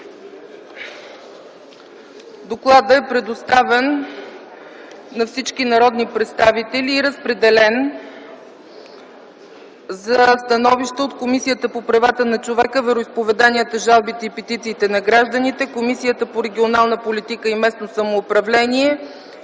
Докладът е предоставен на всички народни представители и е разпределен за становища на Комисията по правата на човека, вероизповеданията, жалбите и петициите на гражданите, Комисията по регионална политика и местно самоуправление